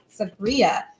Sabria